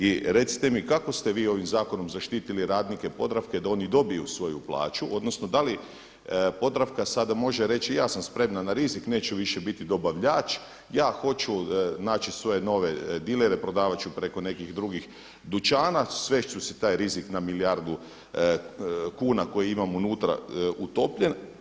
I recite kako ste vi ovim zakonom zaštitili radnike Podravke da oni dobiju svoju plaću, odnosno da li Podravka sada može reći ja sam spremna na rizik, neću više biti dobavljač, ja hoću svoje nove dilere, prodavat ću preko nekih drugih dućana, svest ću si taj rizik na milijardu kuna koje imam unutra utopljen.